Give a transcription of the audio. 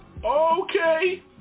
Okay